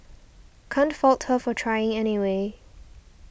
can't fault her for trying anyway